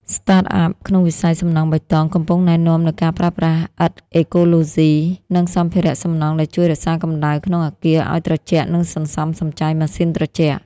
Startups ក្នុងវិស័យសំណង់បៃតង កំពុងណែនាំនូវការប្រើប្រាស់ឥដ្ឋអេកូឡូស៊ី និងសម្ភារៈសំណង់ដែលជួយរក្សាកម្ដៅក្នុងអគារឱ្យត្រជាក់ និងសន្សំសំចៃម៉ាស៊ីនត្រជាក់។